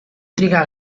trigà